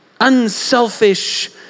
unselfish